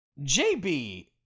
JB